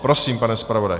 Prosím, pane zpravodaji.